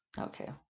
Okay